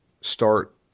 start